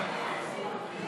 התשע"ה 2015,